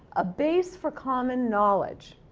a base for common knowledge,